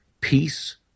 Peace